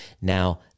Now